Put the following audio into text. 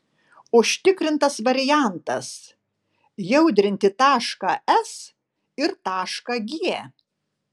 užtikrintas variantas jaudrinti tašką s ir tašką g